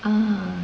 mm